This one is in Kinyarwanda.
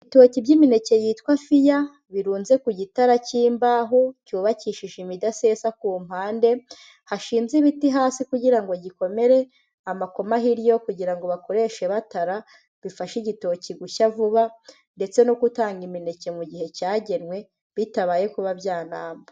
Ibitoki by'imineke yitwa fiya birunze ku gitara cy'imbaho cyubakishije imidasesa ku mpande, hashinze ibiti hasi kugira ngo gikomere, amakoma hirya yo kugira ngo bakoreshe batara bifashe igitoki gushya vuba, ndetse no gutanga imineke mu gihe cyagenwe bitabaye kuba byanamba.